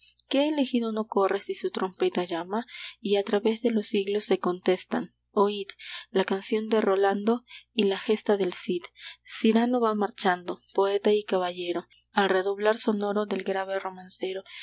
qué elegido no corre si su trompeta llama y a través de los siglos se contestan oid la canción de rolando y la gesta del cid cyrano va marchando poeta y caballero al redoblar sonoro del grave romancero